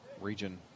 Region